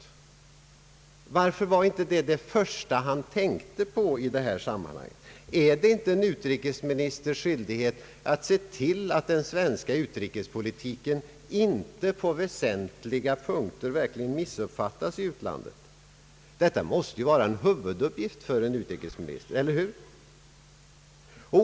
Varför var det inte det första han tänkte på i detta sammanhang? Är det inte en utrikesministers skyldighet att se till att den svenska utrikespolitiken inte på väsentliga punkter missuppfattas i utlandet? Detta måste ju vara en huvuduppgift för en utrikesminister, eller hur?